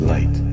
Light